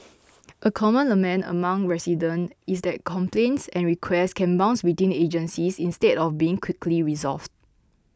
a common lament among resident is that complaints and request can bounce between agencies instead of being quickly resolved